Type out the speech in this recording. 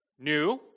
new